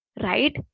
right